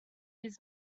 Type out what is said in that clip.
his